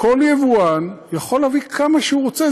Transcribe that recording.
כל יבואן יכול להביא כמה שהוא רוצה,